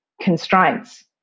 constraints